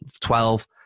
twelve